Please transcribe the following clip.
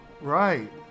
right